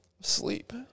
Sleep